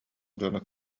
дьону